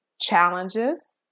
challenges